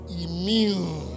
immune